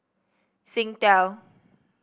singtel